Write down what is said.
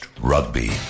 Rugby